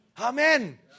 Amen